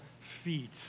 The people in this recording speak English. feet